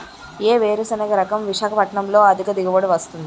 ఏ వేరుసెనగ రకం విశాఖపట్నం లో అధిక దిగుబడి ఇస్తుంది?